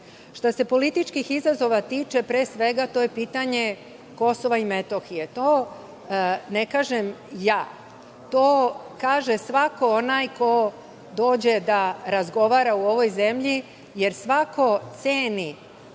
se političkih izazova tiče, pre svega to je pitanje KiM. To ne kažem ja, to kaže svako onaj ko dođe da razgovara u ovoj zemlji, jer svako ceni